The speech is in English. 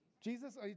Jesus